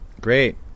Great